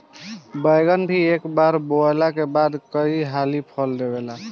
बैगन भी एक बार बोअला के बाद कई हाली फल देला